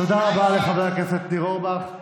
תודה רבה לחבר הכנסת ניר אורבך.